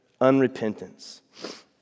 unrepentance